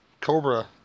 Cobra